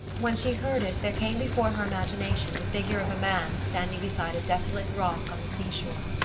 when she heard it there came before her imagination the figure of a man standing beside a desolate rock on the seashore.